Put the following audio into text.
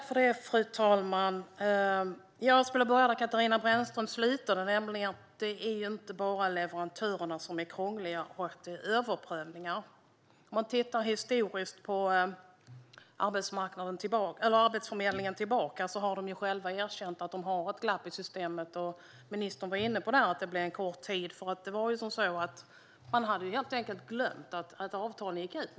Fru talman! Jag skulle vilja börja där Katarina Brännström slutade, nämligen med att säga att det inte bara är leverantörerna som är krångliga när det sker överprövningar. Låt oss se historiskt på Arbetsförmedlingen och hur det har varit tidigare. De har själva erkänt att de har ett glapp i systemet. Ministern var inne på att det blir en kort tid. Arbetsförmedlingen hade helt enkelt glömt att avtalen går ut.